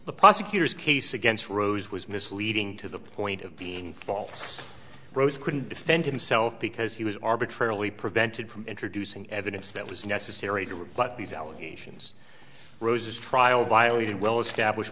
the prosecutor's case against rose was misleading to the point of being false rose couldn't defend himself because he was arbitrarily prevented from introducing evidence that was necessary to rebut these allegations rose's trial violated well established